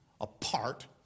apart